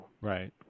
Right